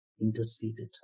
interceded